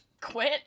quit